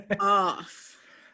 off